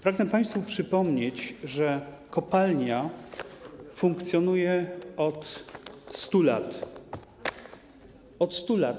Pragnę państwu przypomnieć, że kopalnia funkcjonuje od 100 lat.